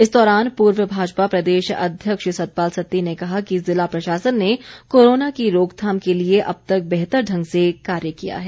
इस दौरान पूर्व भाजपा प्रदेश अध्यक्ष सतपाल सत्ती ने कहा कि जिला प्रशासन ने कोरोना की रोकथाम के लिए अब तक बेहतर ढंग से कार्य किया है